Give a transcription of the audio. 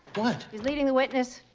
what? he's leading the witness.